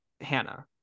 Hannah